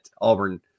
Auburn